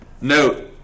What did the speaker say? note